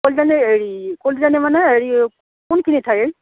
কলিতানী হেৰি কলিতানী মানে হেৰি কোনখিনি ঠাইৰ